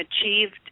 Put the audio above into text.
achieved